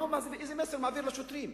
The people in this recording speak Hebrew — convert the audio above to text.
איזה מסר הוא מעביר לשוטרים?